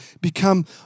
become